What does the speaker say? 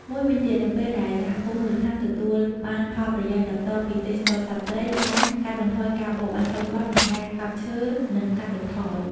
មួយវិញទៀត នៅពេលដែលសហគមន៍មូលដ្ឋានទទួលបានផលប្រយោជន៍ដោយផ្ទាល់ពីទេសចរណ៍សត្វព្រៃ ការកាត់បន្ថយការបរបាញ់ខុសច្បាប់ និងការកាប់ឈើនឹងកាត់បន្ថយ។